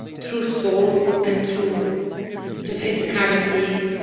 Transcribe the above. through soul and through the physicality